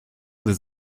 des